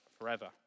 forever